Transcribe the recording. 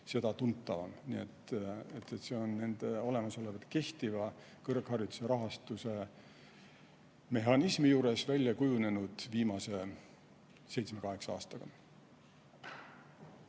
tuntav on. Nii et see on olemasoleva kehtiva kõrghariduse rahastuse mehhanismi juures välja kujunenud viimase 7–8 aastaga.